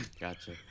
Gotcha